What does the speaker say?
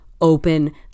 open